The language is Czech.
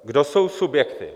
Kdo jsou subjekty?